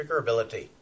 triggerability